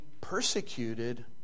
persecuted